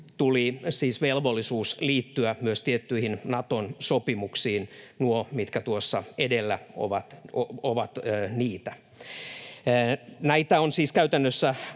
tuli siis velvollisuus liittyä myös tiettyihin Naton sopimuksiin — nuo tuossa edellä ovat niitä. Näitä on siis käytännössä